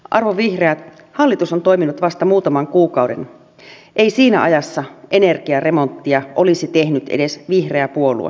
arvon vihreät hallitus on toiminut vasta muutaman kuukauden ei siinä ajassa energiaremonttia olisi tehnyt edes vihreä puolue